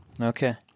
Okay